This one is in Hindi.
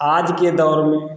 आज के दौर में